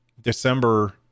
December